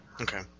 okay